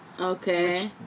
Okay